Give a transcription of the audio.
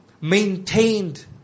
maintained